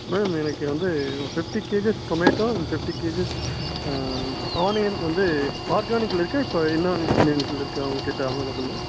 ma'am எனக்கு வந்து fifty KGs tomato and fifty KGs onion வந்து ஆர்கானிகில் இருக்குது இப்போ இன்ஆர்கானிகில் இருக்கா உங்கள்கிட்ட அவைலபுளு